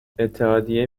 اتحادیه